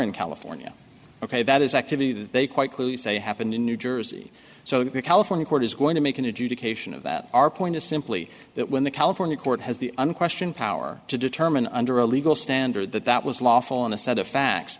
in california ok that is activity that they quite clearly say happened in new jersey so the california court is going to make an adjudication of that our point is simply that when the california court has the unquestioned power to determine under a legal standard that that was lawful and a set of facts